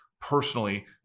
personally